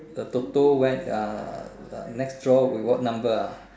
the TOTO when uh next draw will be what number ah